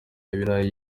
ibirayi